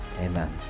Amen